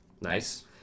Nice